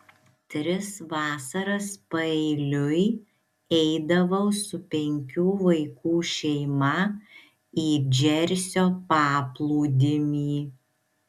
tris vasaras paeiliui eidavau su penkių vaikų šeima į džersio paplūdimį